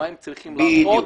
מה הן צריכות לעשות,